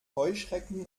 heuschrecken